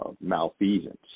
malfeasance